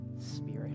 Spirit